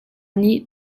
nih